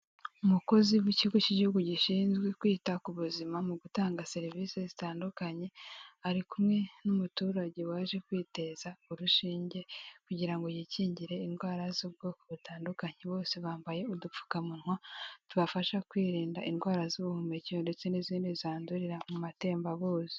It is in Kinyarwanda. Umukozi w'ikigo cy'igihugu gishinzwe kwita ku buzima mu gutanga serivisi zitandukanye ari kumwe n'umuturage waje kwiteza urushinge kugira ngo yikingire indwara z'ubwoko butandukanye bose bambaye udupfukamunwa tubafasha kwirinda indwara z'ubuhumekero ndetse n'izindi zandurira mu matembabuzi.